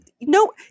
no